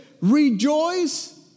rejoice